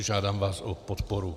Žádám vás o podporu.